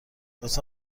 لطفا